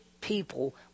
people